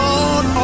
Lord